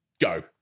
Go